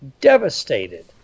devastated